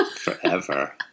forever